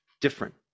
Different